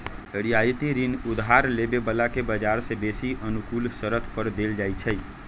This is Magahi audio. रियायती ऋण उधार लेबे बला के बजार से बेशी अनुकूल शरत पर देल जाइ छइ